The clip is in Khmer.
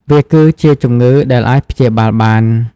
វាគឺជាជំងឺដែលអាចព្យាបាលបាន។